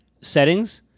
settings